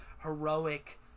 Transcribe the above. heroic